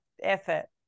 effort